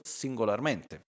singolarmente